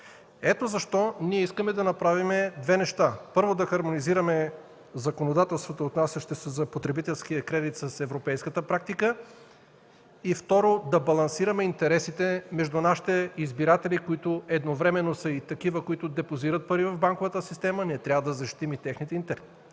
Ето защо ние искаме да направим две неща. Първо, да хармонизираме законодателството, отнасящо се за потребителския кредит, с европейската практика, и второ, да балансираме интересите между нашите избиратели, които едновременно са и такива, които депозират пари в банковата система, ние трябва да защитим и техните интереси,